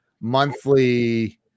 monthly